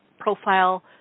profile